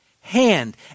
hand